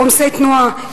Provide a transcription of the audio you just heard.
עומסי תנועה,